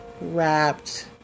wrapped